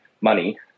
money